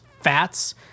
fats